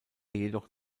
jedoch